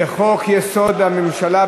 לחוק-יסוד: הממשלה,